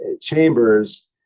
chambers